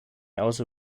also